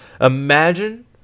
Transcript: Imagine